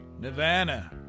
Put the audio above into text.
Nirvana